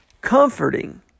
comforting